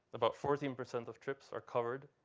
about fourteen percent of trips are covered,